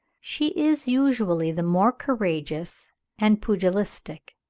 she is usually the more courageous and pugilistic.